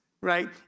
right